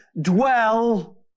dwell